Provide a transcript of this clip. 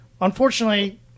unfortunately